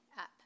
up